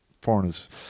foreigners